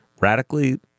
radically